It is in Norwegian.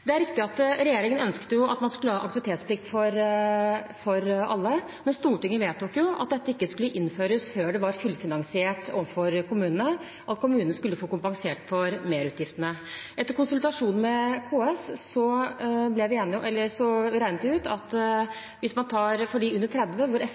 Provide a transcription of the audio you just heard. Det er riktig at regjeringen ønsket at man skulle ha aktivitetsplikt for alle, men Stortinget vedtok at dette ikke skulle innføres før det var fullfinansiert overfor kommunene og kommunene skulle få kompensert for merutgiftene. Etter konsultasjon med KS regnet vi ut at for dem under 30, for hvem effekten er størst og betydningen kanskje også viktigst, koster det